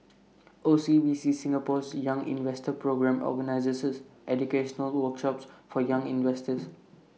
O C B C Singapore's young investor programme organizes educational workshops for young investors